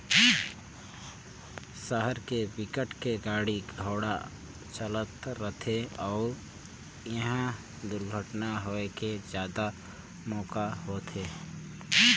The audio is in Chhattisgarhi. सहर के बिकट के गाड़ी घोड़ा चलत रथे अउ इहा दुरघटना होए के जादा मउका होथे